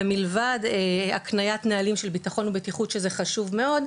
ומלבד הקניית נהלים של בטחון ובטיחות שזה חשוב מאוד,